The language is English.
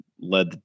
led